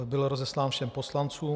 Byl rozeslán všem poslancům.